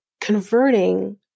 converting